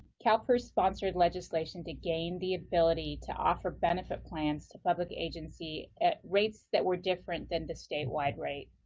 calpers sponsored legislation to gain the ability to offer benefit plans to public agencies at rates that were different than the statewide rate.